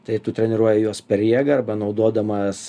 tai tu treniruoji juos per jėgą arba naudodamas